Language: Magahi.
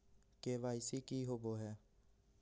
के.वाई.सी की होबो है?